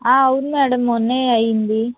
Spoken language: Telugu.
ఉన్నాడు మొన్న అయ్యింది